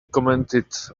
commented